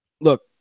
look